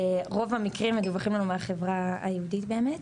רוב המקרים מדווחים לנו מהחברה היהודית באמת.